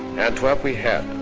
antwerp we had,